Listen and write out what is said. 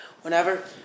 whenever